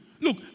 look